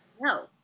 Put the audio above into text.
No